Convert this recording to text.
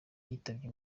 yitabye